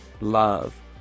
love